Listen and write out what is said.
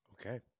Okay